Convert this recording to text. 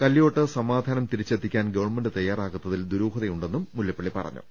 കല്യോട്ട് സമാധാനം തിരിച്ചെത്തി ക്കാൻ ഗവൺമെന്റ് തയ്യാറാകാത്തിൽ ദുരൂഹതയുണ്ടെന്നും മുല്ലപ്പള്ളി പറഞ്ഞു